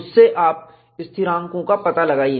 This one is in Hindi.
उससे आप स्थिरांकों का पता लगाइए